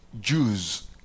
Jews